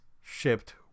shipped